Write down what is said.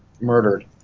murdered